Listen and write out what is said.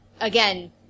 again